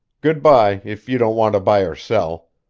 good-by, if you don't want to buy or sell.